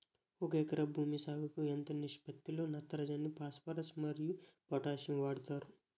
ఒక ఎకరా భూమి సాగుకు ఎంత నిష్పత్తి లో నత్రజని ఫాస్పరస్ మరియు పొటాషియం వాడుతారు